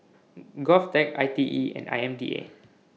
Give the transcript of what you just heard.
Govtech ITE and IMDA